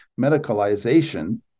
medicalization